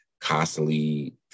constantly